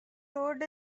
road